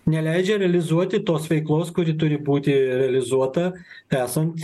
neleidžia realizuoti tos veiklos kuri turi būti realizuota esant